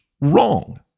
wrong